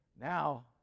Now